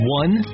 one